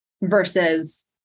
versus